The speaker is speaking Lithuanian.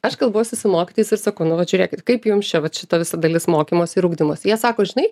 aš kalbuosi su mokytojais ir sakau nu vat žiūrėkit kaip jum čia vat šita visa dalis mokymosi ir ugdymosi jie sako žinai